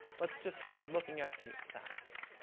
let's just start looking at the facts.